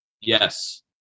Yes